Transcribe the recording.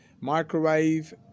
microwave